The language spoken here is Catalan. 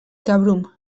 cabrum